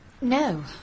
No